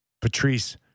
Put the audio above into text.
Patrice